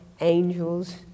Angels